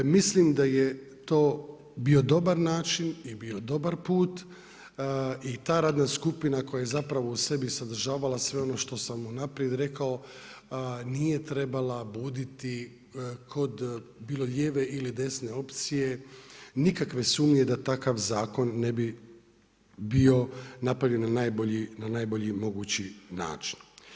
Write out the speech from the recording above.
Mislim da je to bio dobar način i bio dobar put i ta radna skupina koja je zapravo u sebi sadržavala sve ono što sam unaprijed rekao nije trebala buditi kod bilo lijeve ili desne opcije nikakve sumnje da takav zakon ne bi bio napravljen na najbolji mogući način.